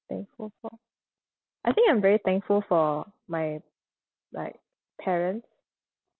thankful for I think I'm very thankful for my like parents